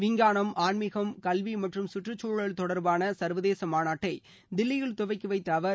விஞ்ஞானம் ஆன்மீகம் கல்வி மற்றும் கற்றுச்சூழல் தொடர்பான சர்வதேச மாநாட்டை தில்லியில் துவக்கி வைத்த அவர்